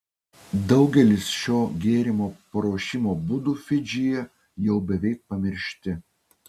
daugelis šio gėrimo paruošimo būdų fidžyje jau beveik pamiršti